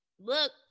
look